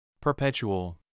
Perpetual